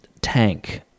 Tank